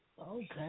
okay